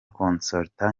consolata